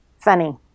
funny